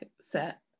set